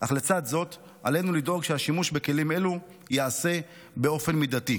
אך לצד זאת עלינו לדאוג שהשימוש בכלים אלו ייעשה באופן מידתי.